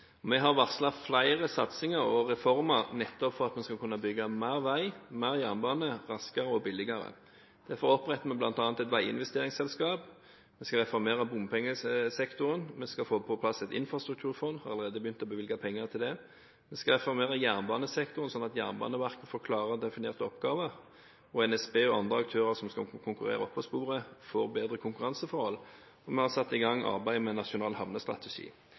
Vi har varslet flere satsinger og reformer nettopp for at vi skal kunne bygge mer vei og mer jernbane raskere og billigere. Derfor oppretter vi bl.a. et veiinvesteringsselskap, vi skal reformere bompengesektoren, og vi skal få på plass et infrastrukturfond og har allerede begynt å bevilge penger til det. Vi skal reformere jernbanesektoren, slik at Jernbaneverket får klare og definerte oppgaver og NSB og andre aktører som skal konkurrere på sporet, får bedre konkurranseforhold, og vi har satt i gang arbeid med en nasjonal havnestrategi.